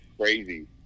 crazy